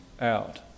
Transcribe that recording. out